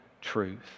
truth